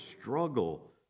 struggle